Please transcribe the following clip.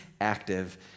active